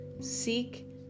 seek